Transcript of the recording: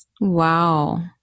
Wow